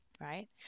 Right